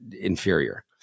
inferior